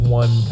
one